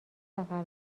سفر